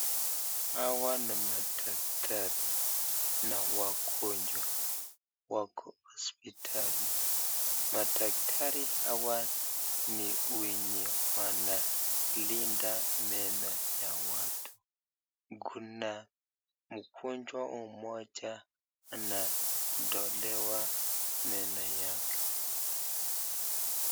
Hawa ni madaktari na wagonjwa wako hospitalini madaktari hawa ni wenye wanalinda meno ya watu kuna mgonjwa mmoja anatolewa meno yake.